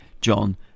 John